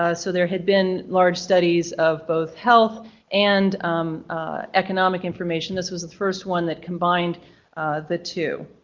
ah so there had been large studies of both health and economic information. this was the first one that combined the two.